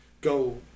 go